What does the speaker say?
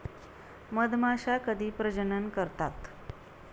मधमाश्या कधी प्रजनन करतात?